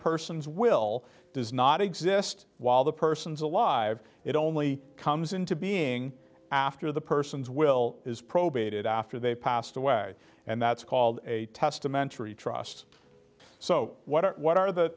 person's will does not exist while the person is alive it only comes into being after the person's will is probated after they passed away and that's called a testamentary trust so what are what are the